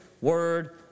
word